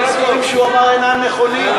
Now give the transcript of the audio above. כל הדברים שהוא אמר אינם נכונים.